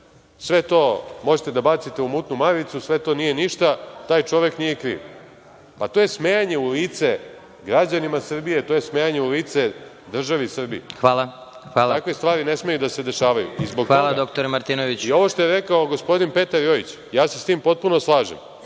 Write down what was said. sve to možete da bacite u mutnu Maricu, sve to nije ništa, taj čovek nije kriv. Pa, to je smejanje u lice građanima Srbije, to je smejanje u lice državi Srbiji. Takve stvari ne smeju da se dešavaju. Ovo što je rekao i gospodin Petar Jojić, ja se sa tim potpuno slažem.